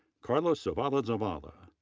carlos zavala zavala,